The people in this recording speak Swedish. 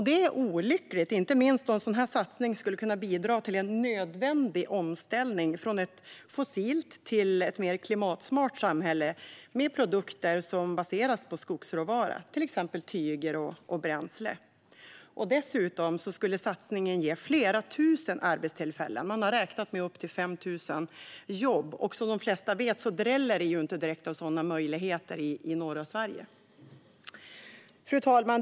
Det är olyckligt, inte minst då en sådan här satsning skulle bidra till en nödvändig omställning från ett fossilt till ett mer klimatsmart samhälle med produkter som baseras på skogsråvara, till exempel tyger och bränsle. Dessutom skulle satsningen ge flera tusen arbetstillfällen - man har räknat med att det skulle kunna bli upp till 5 000 jobb. Som de flesta vet dräller det ju inte direkt av sådana möjligheter i norra Sverige. Fru talman!